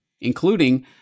including